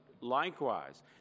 likewise